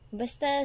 basta